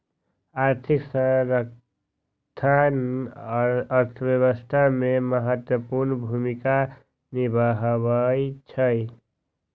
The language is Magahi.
आर्थिक संस्थान अर्थव्यवस्था में महत्वपूर्ण भूमिका निमाहबइ छइ